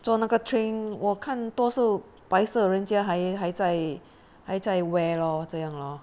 坐那个 train 我看多数白色人家还还在 还在 wear 咯这样咯